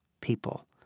people